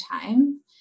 time